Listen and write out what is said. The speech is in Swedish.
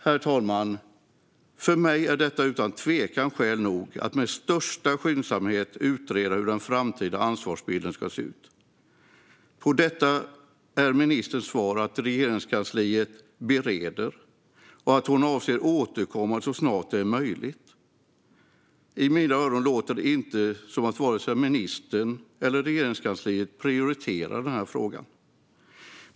Herr talman! För mig är detta utan tvekan skäl nog att med största skyndsamhet utreda hur den framtida ansvarsbilden ska se ut. På detta är ministerns svar att Regeringskansliet bereder tillkännagivandet och att hon avser att återkomma så snart det är möjligt. I mina öron låter det inte som att vare sig ministern eller Regeringskansliet prioriterar frågan.